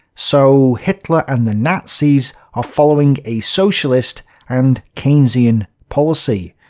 so, hitler and the nazis are following a socialist and keynesian policy.